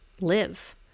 live